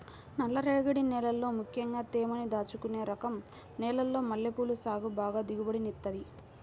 నల్లరేగడి నేలల్లో ముక్కెంగా తేమని దాచుకునే రకం నేలల్లో మల్లెపూల సాగు బాగా దిగుబడినిత్తది